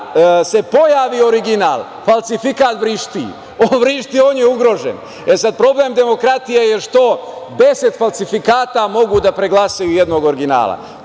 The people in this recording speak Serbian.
se pojavi original falsifikat vrišti. On vrišti, on je ugrožen. Sad, problem demokratije je što deset falsifikata mogu da preglasaju jednog originala.